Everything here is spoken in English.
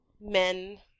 men